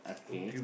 okay